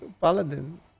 paladin